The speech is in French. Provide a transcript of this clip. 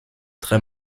très